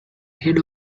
head